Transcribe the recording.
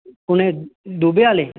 कु'न दुद्धे आह्ले